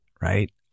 right